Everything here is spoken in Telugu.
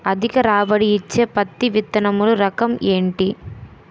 అధిక రాబడి ఇచ్చే పత్తి విత్తనములు రకం ఏంటి?